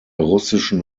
russischen